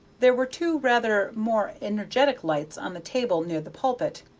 there were two rather more energetic lights on the table near the pulpit,